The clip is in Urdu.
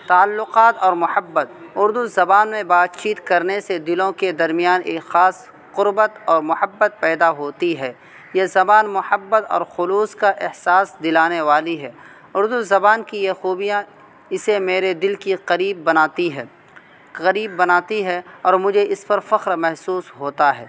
تعلقات اور محبت اردو زبان میں بات چیت کرنے سے دلوں کے درمیان ایک خاص قربت اور محبت پیدا ہوتی ہے یہ زبان محبت اور خلوص کا احساس دلانے والی ہے اردو زبان کی یہ خوبیاں اسے میرے دل کے قریب بناتی ہے قریب بناتی ہے اور مجھے اس پر فخر محسوس ہوتا ہے